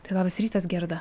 tai labas rytas gerda